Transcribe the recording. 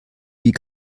wie